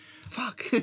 Fuck